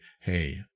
Hey